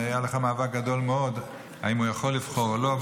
היה לך מאבק גדול מאוד, אם הוא יכול לבחור או לא.